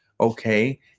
okay